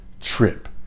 trip